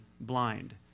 blind